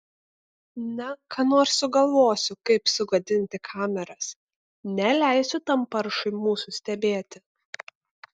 na ką nors sugalvosiu kaip sugadinti kameras neleisiu tam paršui mūsų stebėti